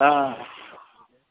हाँ हाँ